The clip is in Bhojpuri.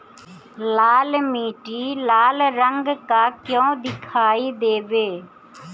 लाल मीट्टी लाल रंग का क्यो दीखाई देबे?